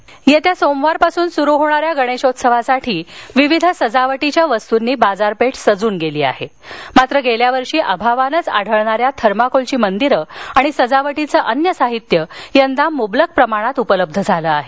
thermocol येत्या सोमवारपासून सुरु होणाऱ्या गणेशोत्सवासाठी विविध सजावटीच्या वस्तुंनी बाजारपेठ सजून गेली आहे मात्र गेल्यावर्षी अभावानंच आढळणाऱ्या थर्माकोलची मंदिरं आणि सजावटीचं अन्य साहित्य यंदा मुबलक प्रमाणात उपलब्ध झालं आहे